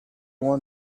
one